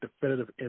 definitive